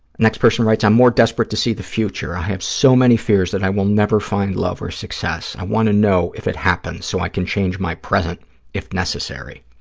next person writes, i'm more desperate to see the future. i have so many fears that i will never find love or success. i want to know if it happens so i can change my present if necessary.